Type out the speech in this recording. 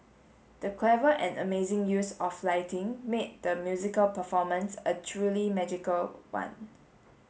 the clever and amazing use of lighting made the musical performance a truly magical one